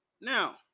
Now